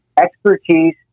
expertise